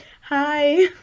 Hi